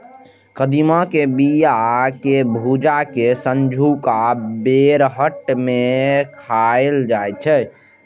कदीमा के बिया कें भूजि कें संझुका बेरहट मे खाएल जाइ छै